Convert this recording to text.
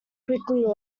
quickly